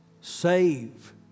save